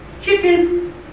chicken